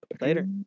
Later